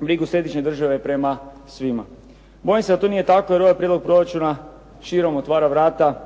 brigu središnje države prema svima. Bojim se da to nije tako jer ovaj prijedlog proračuna širom otvara vrata